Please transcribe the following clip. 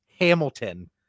hamilton